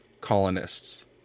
colonists